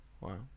Wow